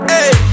Hey